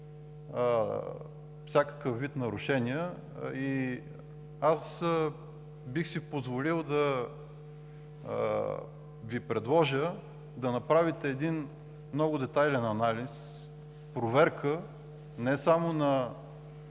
всякакъв вид нарушения. Бих си позволил да Ви предложа да направите един много детайлен анализ – проверка, не само на